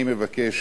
אני מבקש